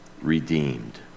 redeemed